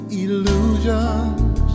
illusions